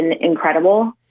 incredible